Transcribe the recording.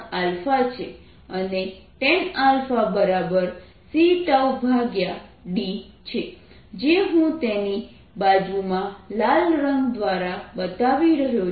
અને tan c τd છે જે હું તેની બાજુમાં લાલ રંગ દ્વારા બતાવી રહ્યો છું